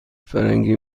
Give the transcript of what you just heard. فرنگی